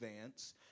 advance